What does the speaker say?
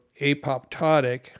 apoptotic